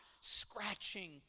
scratching